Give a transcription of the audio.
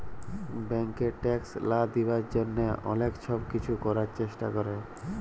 ব্যাংকে ট্যাক্স লা দিবার জ্যনহে অলেক ছব কিছু ক্যরার চেষ্টা ক্যরে